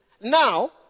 now